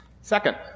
Second